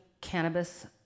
cannabis